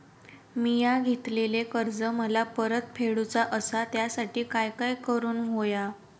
मिया घेतलेले कर्ज मला परत फेडूचा असा त्यासाठी काय काय करून होया?